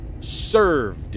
served